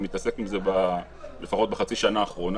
במקרה הזה אני מתעסק עם זה לפחות בחצי שנה האחרונה,